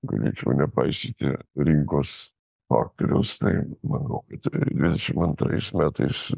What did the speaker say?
galėčiau nepaisyti rinkos faktoriaus tai manau kad dvidešim antrais metais